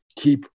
keep